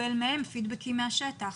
שנוכל לקבל מהן פידבקים מהשטח.